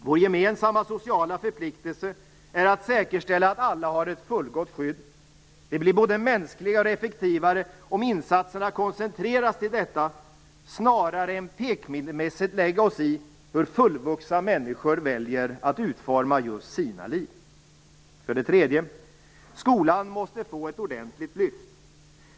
Vår gemensamma sociala förpliktelse är att säkerställa att alla har ett fullgott skydd. Det blir både mänskligare och effektivare om insatserna koncentreras till detta, snarare än att vi pekpinnemässigt lägger oss i hur fullvuxna människor väljer att utforma just sina liv. För det tredje: Skolan måste få ett ordentligt lyft.